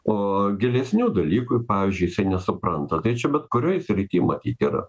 o gilesnių dalykų pavyzdžiui jisai nesupranta tai čia bet kurioj srity matyt yra